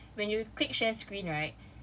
so when you click share screen right